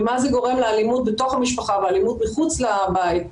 ומה זה גורם לאלימות בתוך המשפחה ולאלימות מחוץ לבית.